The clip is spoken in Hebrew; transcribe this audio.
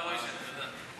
תודה, מוישה, תודה.